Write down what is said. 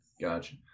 Gotcha